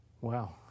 Wow